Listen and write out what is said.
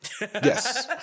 Yes